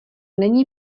není